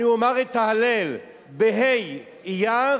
אני אומַר את ה"הלל" בה' אייר,